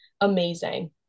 amazing